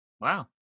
Wow